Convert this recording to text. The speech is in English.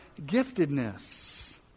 giftedness